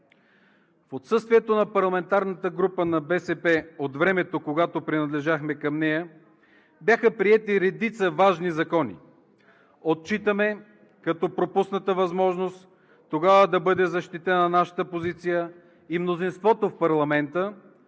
В отсъствието на парламентарната група на БСП от времето, когато принадлежахме към нея, бяха приети редица важни закони. Отчитаме като пропусната възможност тогава да бъде защитена нашата позиция и мнозинството в парламента